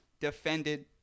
defended